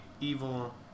evil